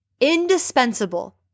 indispensable